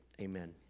amen